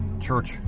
church